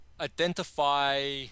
identify